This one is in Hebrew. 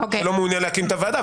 שהוא לא מעוניין להקים את הוועדה,